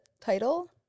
title